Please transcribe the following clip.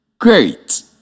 Great